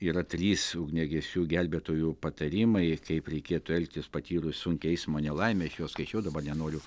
yra trys ugniagesių gelbėtojų patarimai kaip reikėtų elgtis patyrus sunkią eismo nelaimę jau skaičiau dabar nenoriu